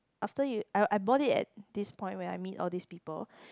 after you I I bought it at this point where I meet all these people